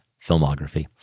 filmography